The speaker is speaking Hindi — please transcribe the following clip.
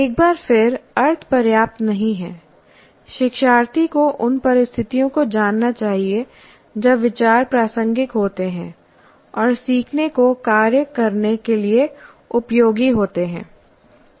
एक बार फिर अर्थ पर्याप्त नहीं है शिक्षार्थी को उन परिस्थितियों को जानना चाहिए जब विचार प्रासंगिक होते हैं और सीखने को कार्य करने के लिए उपयोगी होते हैं